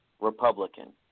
Republican